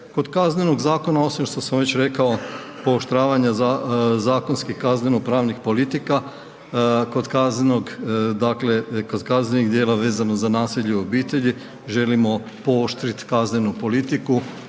Kod Kaznenog zakona osim što sam već rekao pooštravanja zakonski kazneno pravnih politika, kod kaznenog dakle kod kaznenih djela vezano za nasilje u obitelji, želimo pooštrit kaznenu politiku